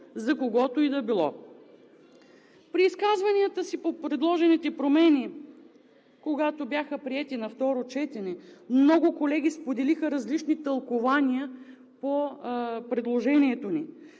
за когото и да е било. При изказванията си по предложените промени, когато бяха приети на второ четене, много колеги споделиха различни тълкувания по предложението ни.